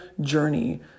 journey